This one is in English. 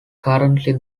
currently